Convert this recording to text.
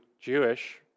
Jewish